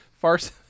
farce